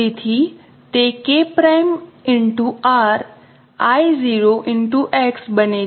તેથી તે K'R I | 0 X બને છે